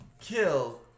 Kill